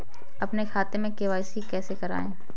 अपने खाते में के.वाई.सी कैसे कराएँ?